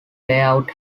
layout